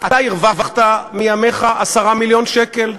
אתה הרווחת מימיך 10 מיליון שקל?